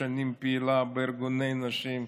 שהיא שנים פעילה בארגוני נשים,